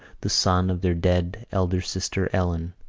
the son of their dead elder sister, ellen,